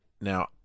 Now